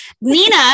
Nina